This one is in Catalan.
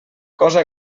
cosa